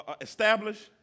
establish